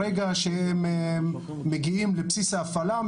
ברגע שהם מגיעים לבסיס ההפעלה,